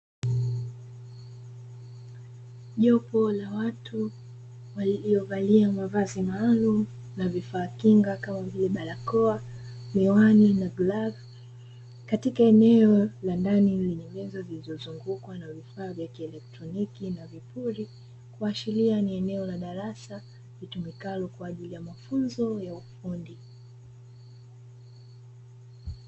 Jopo la watu walio valia mavazi maalum na vifaa kinga kama vile barakoa, miwani na glovu katika eneo la ndani lenye meza zilizo zunguka zenye vifaa vya kieletroniki na vipuri, kuashiria ni eneo la darasa litumikalo kwaajili ya mafunzo ya ufundi.